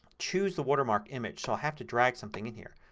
choose the watermark image so i have to drag something in here.